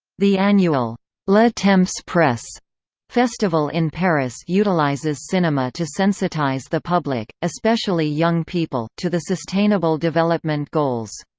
the annual le temps presse festival in paris utilizes cinema to sensitize the public, especially young people, to the sustainable development goals.